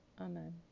Amen